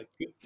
good